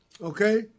Okay